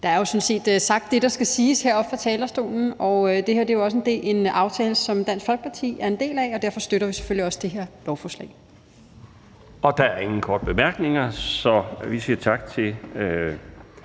Der er jo sådan set sagt det, der skal siges, heroppe fra talerstolen, og det her er også en aftale, som Dansk Folkeparti er en del af. Derfor støtter vi selvfølgelig også det her lovforslag. Kl. 11:47 Den fg. formand (Bjarne Laustsen):